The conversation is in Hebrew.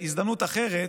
בהזדמנות אחרת,